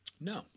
No